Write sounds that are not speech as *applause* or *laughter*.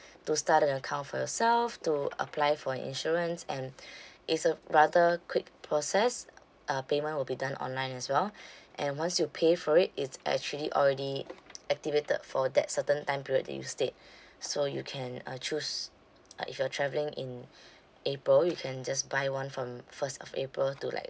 to start an account for yourself to apply for an insurance and it's a rather quick process uh payment will be done online as well and once you pay for it it's actually already *noise* activated for that certain time period that you state so you can uh choose *noise* uh if you're travelling in april you can just buy one from first of april to like